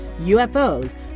UFOs